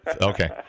Okay